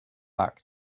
back